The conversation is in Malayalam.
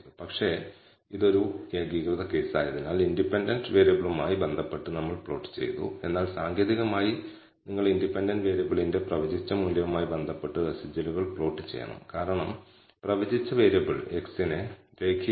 ഒരുപക്ഷേ രേഖ 00 ഉത്ഭവത്തിലൂടെ കടന്നുപോകണം x1 നെ കാര്യമായി ആശ്രയിക്കാത്ത y വേരിയബിൾ ആയിരിക്കാം അതായത് β̂1 എന്നത് ഏകദേശം 0 ന് തുല്യമാണ് അജ്ഞാത β1 0 ന് തുല്യമാണ് എന്നിരുന്നാലും നമ്മൾക്ക് ചില കണക്കുകൾ ലഭിച്ചിട്ടുണ്ട് β̂1 β̂1 എന്നതിനായുള്ള എസ്റ്റിമേറ്റ് പൂജ്യമല്ല